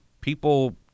people